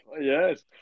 Yes